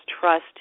trust